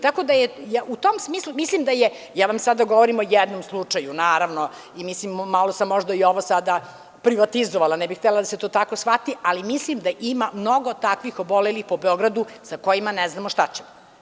Tako da, u tom smislu, ja vam sada govorim o jednom slučaju, naravno, i mislim malo sam možda i ovo sada privatizovala, ne bi htela da se to tako shvati, ali mislim da ima mnogo takvih obolelih po Beogradu sa kojima ne znamo šta ćemo.